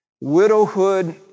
Widowhood